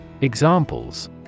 Examples